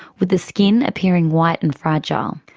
with the skin appearing white and fragile.